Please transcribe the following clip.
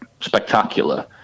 spectacular